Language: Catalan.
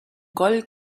coll